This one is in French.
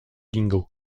dingo